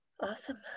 Awesome